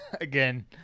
Again